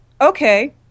okay